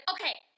okay